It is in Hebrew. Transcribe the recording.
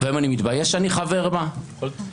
והיום אני מתבייש שאני חבר בה --- אתה יכול לעזוב.